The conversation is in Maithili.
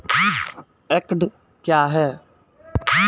एकड कया हैं?